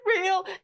real